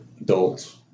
adults